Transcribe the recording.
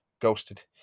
ghosted